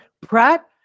Pratt